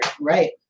Right